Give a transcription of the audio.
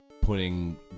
putting